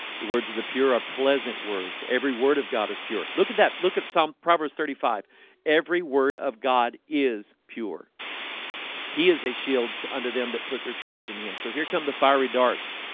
the words of the pure are pleasant words every word of god is pure look at that look at some proverbs thirty five every word of god is pure he is a shield unto them that put their trust in him. so here come the fiery darts